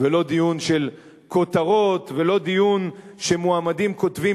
לא דיון של כותרות ולא דיון שמועמדים כותבים